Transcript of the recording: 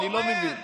אני לא מבין.